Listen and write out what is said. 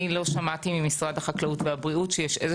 אני לא שמעתי ממשרד החקלאות והבריאות שיש איזה